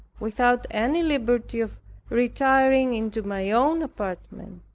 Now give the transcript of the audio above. without any liberty of retiring into my own apartment.